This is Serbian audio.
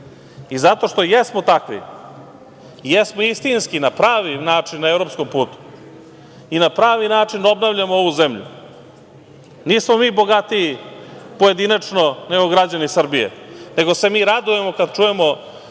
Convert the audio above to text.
zato što jesmo takvi, jesmo istinski na pravi način na evropskom putu i na pravi način obnavljamo ovu zemlju. Nismo mi bogatiji pojedinačno nego građani Srbije, nego se mi radujemo kada čujemo